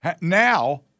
Now